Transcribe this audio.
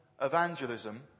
evangelism